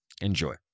Enjoy